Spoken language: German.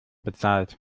bezahlt